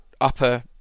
upper